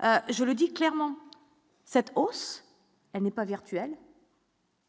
je le dis clairement cette hausse, elle n'est pas virtuel.